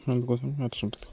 అందుకోసం